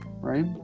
right